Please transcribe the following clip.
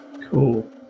Cool